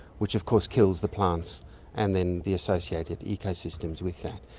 which of course kills the plants and then the associated ecosystems with that.